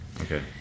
Okay